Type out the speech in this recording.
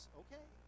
okay